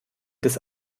des